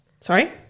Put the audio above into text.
Sorry